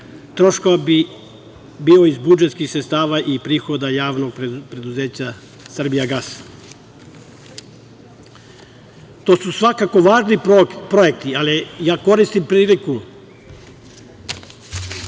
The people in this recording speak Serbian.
troškova bi bio iz budžetskih sredstava i prihoda Javnog preduzeća Srbijagas. To su svakako važni projekti, ali koristim priliku